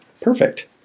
perfect